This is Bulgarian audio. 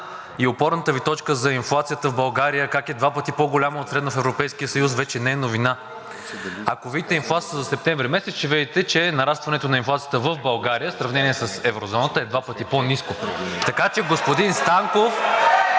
и опорната Ви точка за инфлацията в България – как е два пъти по-голяма от средната в Европейския съюз, вече не е новина. Ако видите инфлацията за септември месец, ще видите, че нарастването на инфлацията в България, в сравнение с еврозоната, е два пъти по-ниска. (Силен шум